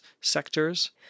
sectors